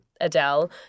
Adele